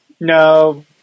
No